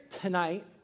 tonight